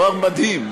דבר מדהים,